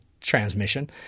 transmission